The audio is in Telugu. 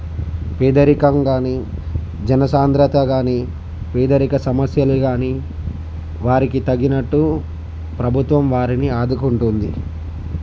పేదరికంకానీ జన సాంద్రత కానీ పేదరిక సమస్యలు కానీ వారికి తగినట్టు ప్రభుత్వం వారిని ఆదుకుంటుంది